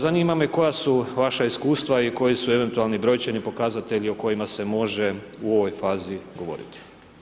Zanima me koja su vaša iskustva i koji su eventualno brojčani pokazatelji o kojima se može u ovoj fazi govoriti.